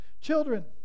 Children